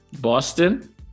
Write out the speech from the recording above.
Boston